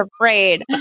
afraid